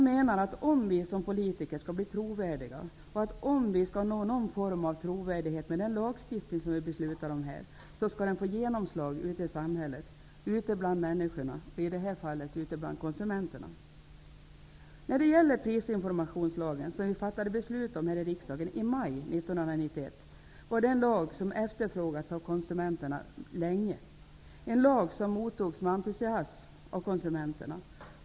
Om vi som politiker skall bli trovärdiga, om vi skall nå någon form av trovärdighet med den lagstiftning som vi beslutar om här, skall den få genomslag ute i samhället, ute bland människorna, och i detta fall ute bland konsumenterna. Prisinformationslagen, som vi fattade beslut om här i riksdagen i maj 1991, var en lag som länge hade efterfrågats av konsumenterna. Det var en lag som mottogs med entusiasm av konsumenterna.